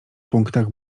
punktach